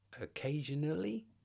Occasionally